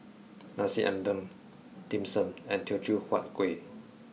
nasi ambeng dim sum and teochew huat kueh